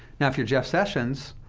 now, if you're jeff sessions,